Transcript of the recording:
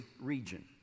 region